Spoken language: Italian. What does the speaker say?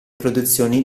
produzioni